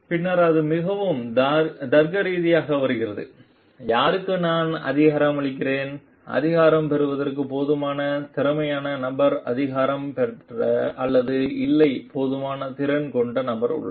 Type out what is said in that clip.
பின்னர் அது மிகவும் தர்க்கரீதியாக வருகிறது யாருக்கு நான் அதிகாரம் அளிக்கிறேன் அதிகாரம் பெறுவதற்கு போதுமான திறமையான நபர் அதிகாரம் பெற அல்லது இல்லை போதுமான திறன் கொண்ட நபர் உள்ளது